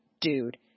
dude